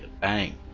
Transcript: bang